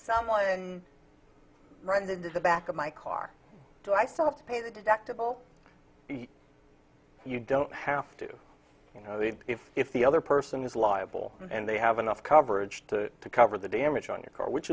someone runs into the back of my car do i still have to pay the deductible you don't have to you know if if the other person is liable and they have enough coverage to cover the damage on your car which